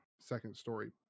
second-story